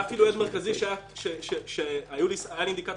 אומר בהיסוס